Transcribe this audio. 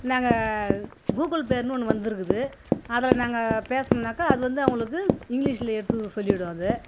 நாங்கள் கூகுள் பேர்னு ஒன்று வந்திருக்குது அதில் நாங்கள் பேசுனோம்னாக்கா அது வந்து அவங்களுக்கு இங்கிலீஷில் எடுத்து சொல்லிடும் அது